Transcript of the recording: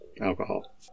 alcohol